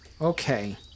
okay